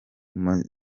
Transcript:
rimwe